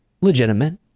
legitimate